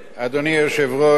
אדוני היושב-ראש,